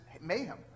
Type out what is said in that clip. mayhem